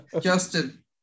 Justin